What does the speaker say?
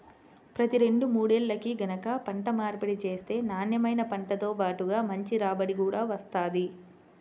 ప్రతి రెండు మూడేల్లకి గనక పంట మార్పిడి చేత్తే నాన్నెమైన పంటతో బాటుగా మంచి రాబడి గూడా వత్తది